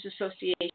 Association